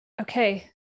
Okay